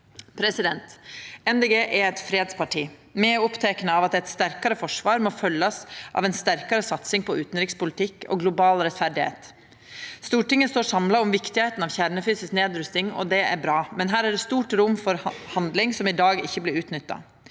Dei Grøne er eit fredsparti. Me er opptekne av at eit sterkare forsvar må følgjast av ei sterkare satsing på utanrikspolitikk og global rettferd. Stortinget står samla om viktigheita av kjernefysisk nedrusting, og det er bra, men her er det eit stort rom for handling som i dag ikkje blir utnytta.